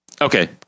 Okay